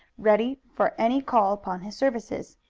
ready for any call upon his services.